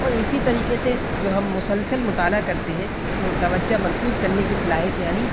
اور اسی طریقے سے جو ہم مسلسل مطالعہ کرتے ہیں تو توجہ مرکوز کرنے کی صلاحیت یعنی